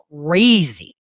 crazy